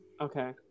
Okay